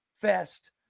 fest